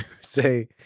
say